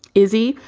izzy,